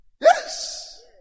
yes